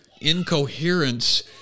incoherence